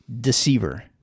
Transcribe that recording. Deceiver